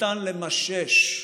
ניתן למשש.